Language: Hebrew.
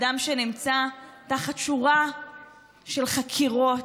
אדם שנמצא תחת שורה של חקירות,